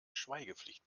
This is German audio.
schweigepflicht